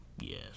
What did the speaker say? Yes